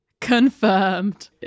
Confirmed